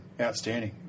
outstanding